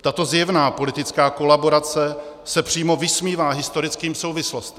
Tato zjevná politická kolaborace se přímo vysmívá historickým souvislostem.